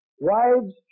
wives